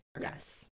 Yes